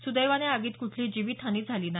सुदैवानं या आगीत कुठलीही जीवितहानी झाली नाही